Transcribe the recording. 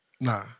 Nah